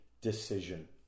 decision